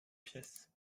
pièces